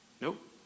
nope